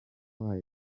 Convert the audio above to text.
wabaye